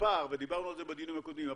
ודיברנו על זה בדיונים הקודמים,